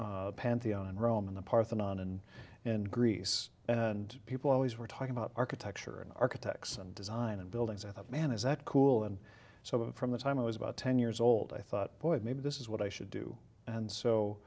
parthenon and in greece and people always were talking about architecture and architects and design and buildings that man is that cool and so from the time i was about ten years old i thought boy maybe this is what i should do and so